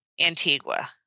Antigua